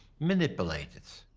manipulated.